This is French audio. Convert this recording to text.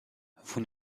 vous